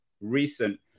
recent